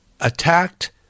attacked